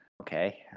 okay